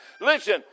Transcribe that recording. Listen